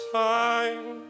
time